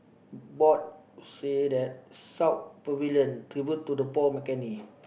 board say that South Pavilion